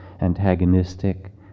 antagonistic